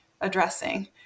addressing